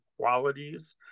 qualities